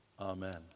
Amen